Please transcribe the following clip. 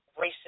racist